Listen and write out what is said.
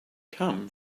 come